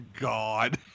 God